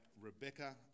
Rebecca